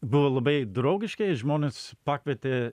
buvo labai draugiški žmonės pakvietė